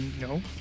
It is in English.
no